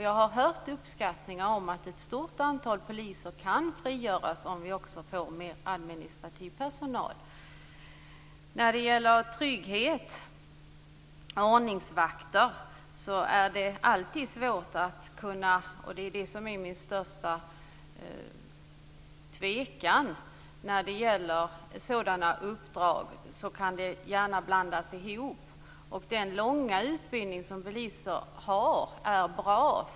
Jag har hört uppskattningar om att ett stort antal poliser kan frigöras om vi får mer administrativ personal. När det gäller trygghet och ordningsvakter är jag tveksam. Sådana här uppdrag kan lätt blandas ihop. Den långa utbildning som poliser har är bra.